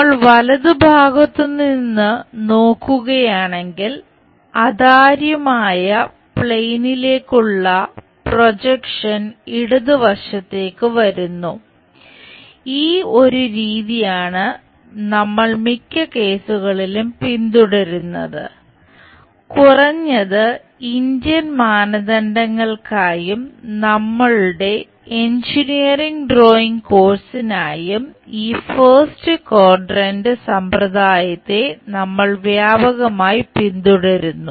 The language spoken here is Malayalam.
നമ്മൾ വലതുഭാഗത്ത് നിന്ന് നോക്കുകയാണെങ്കിൽ അതാര്യമായ പ്ലെയിനിലേക്കുള്ള സമ്പ്രദായത്തെ നമ്മൾ വ്യാപകമായി പിന്തുടരുന്നു